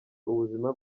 ubuzima